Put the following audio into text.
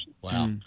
Wow